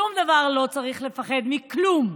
משום דבר לא צריך לפחד, מכלום.